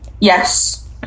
yes